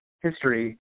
history